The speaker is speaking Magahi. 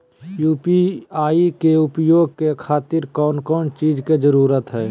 यू.पी.आई के उपयोग के खातिर कौन कौन चीज के जरूरत है?